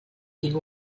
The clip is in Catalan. tinc